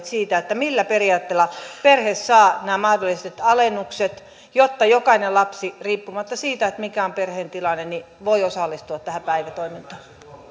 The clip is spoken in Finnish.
siitä millä periaatteella perhe saa nämä mahdolliset alennukset jotta jokainen lapsi riippumatta siitä mikä on perheen tilanne voi osallistua tähän päivätoimintaan